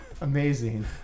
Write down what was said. Amazing